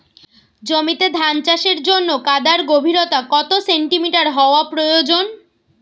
জমিতে ধান চাষের জন্য কাদার গভীরতা কত সেন্টিমিটার হওয়া প্রয়োজন?